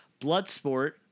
Bloodsport